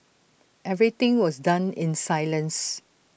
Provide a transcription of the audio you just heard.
everything was done in silence